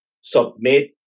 submit